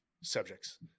subjects